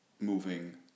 moving